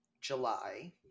July